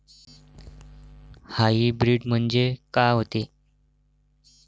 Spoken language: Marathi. हाइब्रीड म्हनजे का होते?